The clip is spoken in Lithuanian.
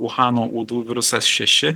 uhano uodų virusas šeši